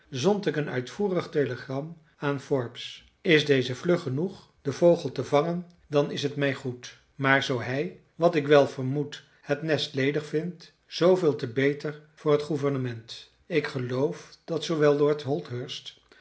ik een uitvoerig telegram aan forbes is deze vlug genoeg den vogel te vangen dan is het mij goed maar zoo hij wat ik wel vermoed het nest ledig vindt zooveel te beter voor het gouvernement ik geloof dat zoowel lord holdhurst